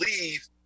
leave –